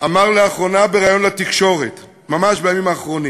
אמר לאחרונה, ממש בימים האחרונים,